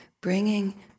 bringing